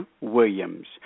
williams